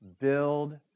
Build